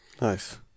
Nice